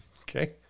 Okay